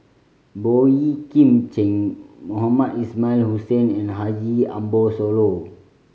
Boey Kim Cheng Mohamed Ismail Hussain and Haji Ambo Sooloh